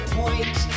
point